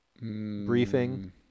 briefing